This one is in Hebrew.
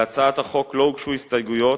להצעת החוק לא הוגשו הסתייגויות,